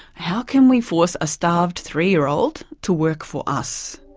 how can we force a starved three year old to work for us?